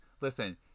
listen